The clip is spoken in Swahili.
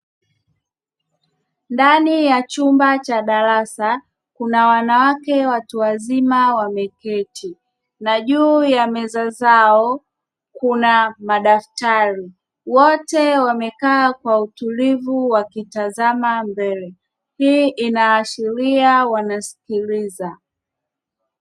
Ndani ya chumba cha darasa kuna wanawake watu wazima wameketi na juu ya meza zao kuna madaftari. wote wamekaa kwa utulivu wakitazama mbele hii inaashiria wanasikiliza.